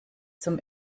zum